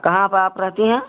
कहाँ पर आप रहती हैं